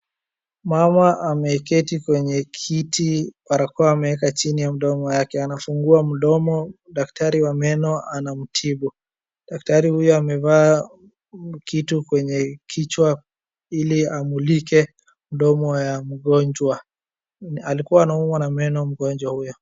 Mama ameketi kwenye kiti barakoa ameka chini ya mdomo wake. Anafungua mdomo daktari wa meno anamtibu. Daktari huyu amevaa kitu kwenye kichwa ili amulike mdomo wa mgonjwa. Alikuwa anaumwa na meno mgonjwa huyu.